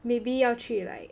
maybe 要去 like